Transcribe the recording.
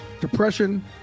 Depression